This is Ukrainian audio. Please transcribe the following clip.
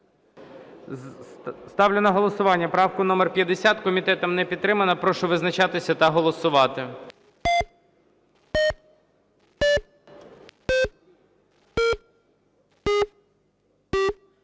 Ставлю на голосування правку номер 50. Комітетом не підтримана. Прошу визначатися та голосувати.